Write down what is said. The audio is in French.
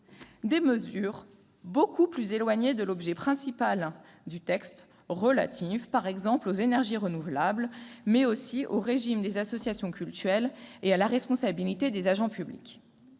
des mesures plus éloignées de l'objet principal du texte, celles qui sont relatives aux énergies renouvelables, mais aussi au régime des associations cultuelles et à la responsabilité des agents publics.